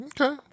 Okay